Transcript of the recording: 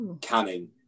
canning